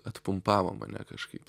atpumpavo mane kažkaip